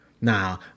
Now